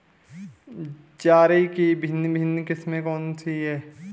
चारे की भिन्न भिन्न किस्में कौन सी हैं?